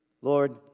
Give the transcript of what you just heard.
Lord